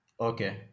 Okay